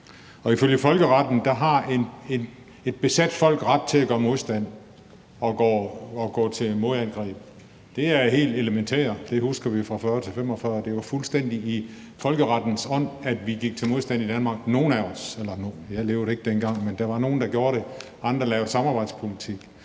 Ifølge folkeretten har et besat folk ret til at gøre modstand og gå til modangreb. Det er helt elementært. Det husker vi fra 1940-45, hvor det var fuldstændig i folkerettens ånd, at vi eller rettere nogle af os, for jeg levede ikke dengang, gjorde modstand i Danmark. Andre førte samarbejdspolitik.